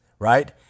Right